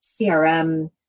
CRM